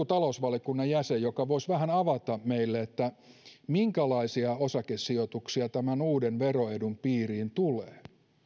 talousvaliokunnan jäsen joka voisi vähän avata meille minkälaisia osakesijoituksia tämän uuden veroedun piiriin tulee